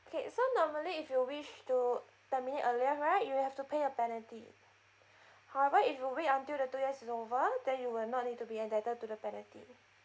okay so normally if you wish to terminate earlier right you'll have to pay a penalty however if you wait until the two years is over then you will not need to be entitled to the penalty